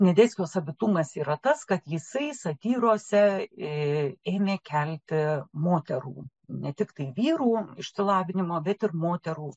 sniadeckio savitumas yra tas kad jisai satyrose ėmė kelti moterų ne tiktai vyrų išsilavinimo bet ir moterų